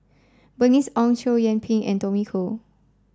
Bernice Ong Chow Yian Ping and Tommy Koh